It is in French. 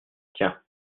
tiens